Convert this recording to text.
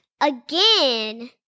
again